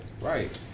Right